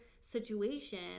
situation